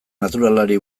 naturalari